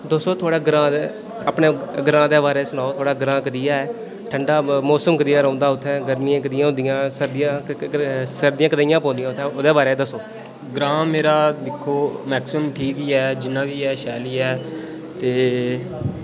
दस्सो थुहाढ़े ग्रां दे अपने ग्रां दे बारे सनाओ थुहाड़ा ग्रां कनैहा ऐ ठंडा मौसम कनैहा रौह्ंदा उत्थे गरमियां कनेहियां होन्दियां उत्थे सर्दियां कनेहियां पौंदिया उत्थे ओह्दे बारे च दस्सो ग्रां मेरा दिक्खो मैक्सिमम ठीक ही ऐ जिन्ना बी हे शैल ही ऐ ते